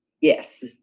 Yes